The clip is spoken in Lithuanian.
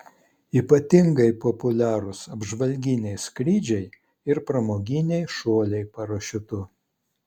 ypatingai populiarūs apžvalginiai skrydžiai ir pramoginiai šuoliai parašiutu